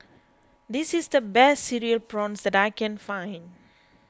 this is the best Cereal Prawns that I can find